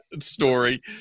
story